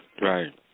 Right